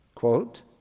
Quote